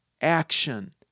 action